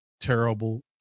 terrible